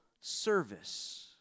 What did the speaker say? service